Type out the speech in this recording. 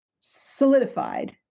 solidified